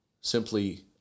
simply